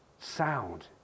Sound